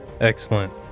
Excellent